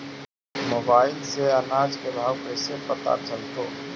Mobile से अनाज के भाव कैसे पता चलतै?